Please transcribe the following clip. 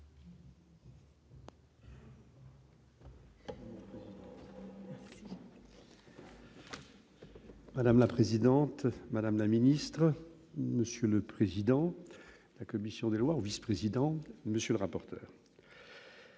Madame la présidente, madame la ministre, monsieur le président, la commission des lois au vice-président, monsieur le rapporteur.